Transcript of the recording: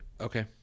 Okay